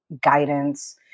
guidance